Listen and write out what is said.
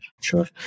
Sure